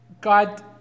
God